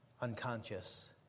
unconscious